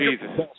Jesus